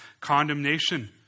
condemnation